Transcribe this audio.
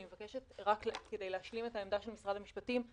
אני מבקשת כדי להשלים את העמדה של משרד המשפטים,